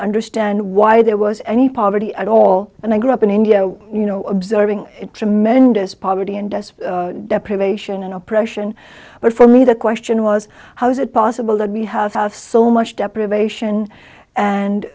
understand why there was any poverty at all and i grew up in india you know observing tremendous poverty and just deprivation and oppression but for me the question was how is it possible that we have have so much deprivation and